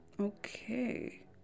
Okay